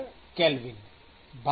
કેલ્વિનJs